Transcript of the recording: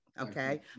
Okay